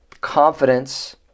confidence